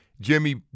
Jimmy